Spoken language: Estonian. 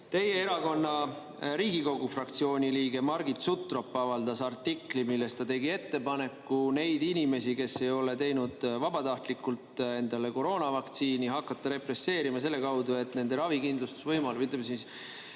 Teie erakonna Riigikogu fraktsiooni liige Margit Sutrop avaldas artikli, milles ta tegi ettepaneku neid inimesi, kes ei ole lasknud vabatahtlikult endale koroonavaktsiini süstida, hakata represseerima selle kaudu, et nende ravikindlustusega